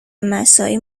مساعی